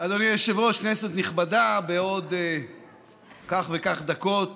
אדוני היושב-ראש, כנסת נכבדה, בעוד כך וכך דקות